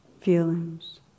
feelings